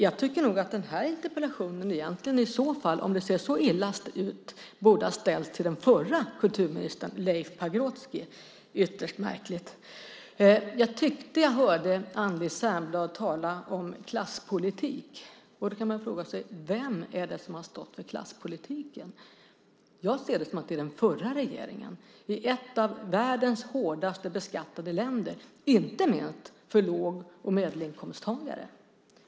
Om det ser så illa ut tycker jag att interpellationen egentligen borde ha ställts till den förra kulturministern Leif Pagrotsky. Detta är ytterst märkligt. Jag tyckte att jag hörde Anneli Särnblad tala om klasspolitik. Man kan fråga sig vem det är som har stått för klasspolitiken. Jag ser det som att det är den förra regeringen i ett av världens hårdast beskattade länder, inte minst för låg och medelinkomsttagare.